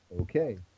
Okay